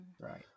Right